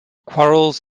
quarrels